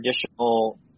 traditional